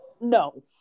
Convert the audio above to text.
no